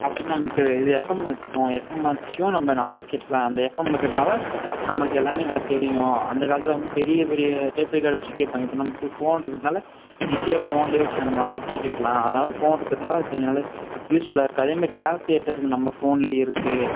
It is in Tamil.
அடுத்தது நமக்கு இது எஃப்எம் இருக்கும் எஃப்எம்மாச்சும் நம்ம நல்லா கேட்டுக்கலாம் அந்த எஃப்எம் இருக்கிறதுனால நம்மளுக்கு எல்லாமே நல்லா தெரியும் அந்த காலத்தில் வந்து பெரிய பெரிய டேப்ரிக்கார்ட்டை வச்சு கேட்பாய்ங்க இப்போ நமக்கு ஃபோன் இருக்கிறதுனால ஈஸியாக ஃபோன்லேயே வச்சு நம்மலால கேட்டுக்கலாம் அதனால் ஃபோன் இருக்கிறதுனால கொஞ்சம் நல்லா யூஸ் ஃபுல்லாக இருக்குது அதேமாதிரி கால்குலேட்டர் நம்ம ஃபோன்லேயே இருக்குது